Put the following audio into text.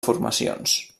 formacions